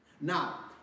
Now